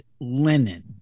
linen